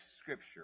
scripture